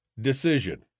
decision